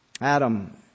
Adam